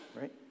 right